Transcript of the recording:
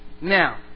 Now